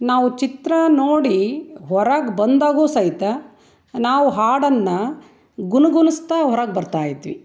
ನಾವು ಚಿತ್ರ ನೋಡಿ ಹೊರಗೆ ಬಂದಾಗ್ಲೂ ಸಹಿತ ನಾವು ಹಾಡನ್ನು ಗುನುಗುನುಸ್ತಾ ಹೊರಗೆ ಬರ್ತಾಯಿದ್ವಿ